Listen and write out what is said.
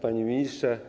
Panie Ministrze!